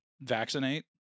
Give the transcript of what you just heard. vaccinate